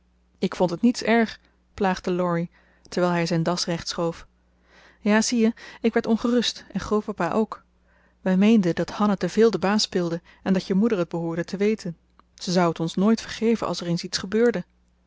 ik vond het niets erg plaagde laurie terwijl hij zijn das recht schoof ja zie je ik werd ongerust en grootpapa ook wij meenden dat hanna te veel de baas speelde en dat je moeder het behoorde te weten ze zou het ons nooit vergeven als er eens iets gebeurde